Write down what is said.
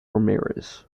ramirez